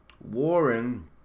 Warren